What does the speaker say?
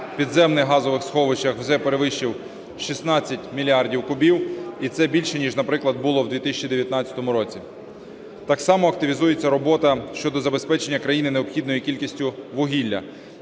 в підземних газових сховищах вже перевищив 16 мільярдів кубів, і це більше, ніж, наприклад, було в 2019 році. Так само активізується робота щодо забезпечення країни необхідною кількістю вугілля.